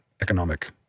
economic